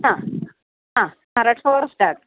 ആ ആ റെഡ് ഫോറെസ്റ്റാണ്